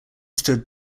stood